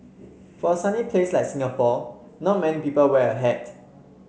for a sunny place like Singapore not many people wear a hat